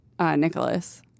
Nicholas